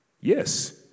yes